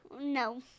No